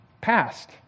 passed